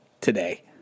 today